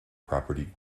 property